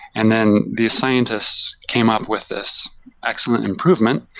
and then, these scientist came up with this excellent improvement,